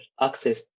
access